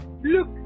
Look